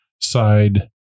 side